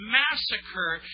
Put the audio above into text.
massacre